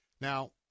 Now